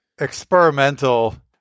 experimental